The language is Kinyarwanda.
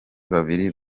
babiri